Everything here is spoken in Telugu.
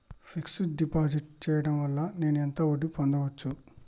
ఫిక్స్ డ్ డిపాజిట్ చేయటం వల్ల నేను ఎంత వడ్డీ పొందచ్చు?